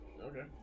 Okay